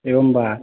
एवं वा